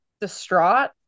distraught